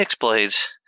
Blades